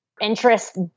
interest